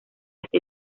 este